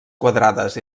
quadrades